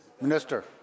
Minister